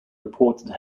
reported